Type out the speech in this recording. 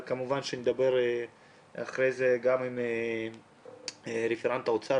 אבל כמובן שנדבר אחרי זה גם עם רפרנט האוצר,